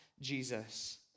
Jesus